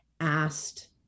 asked